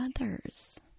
others